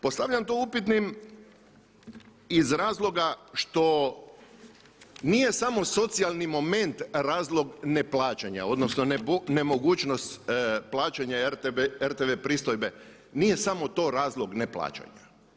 Postavljam to upitnim iz razloga što nije samo socijalni moment razlog neplaćanja odnosno nemogućnost plaćanja RTV pristojbe, nije samo to razlog neplaćanja.